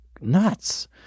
nuts